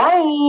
Bye